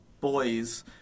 boys